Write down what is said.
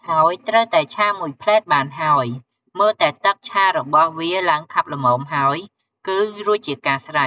ហើយត្រូវតែឆាមួយភ្លេតបានហើយ មើលតែទឹកឆារបស់វាឡើងខាប់ល្មមហើយគឺរួចជាការស្រេច។